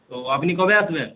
তো আপনি কবে আসবেন